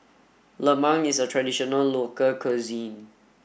Lemang is a traditional local cuisine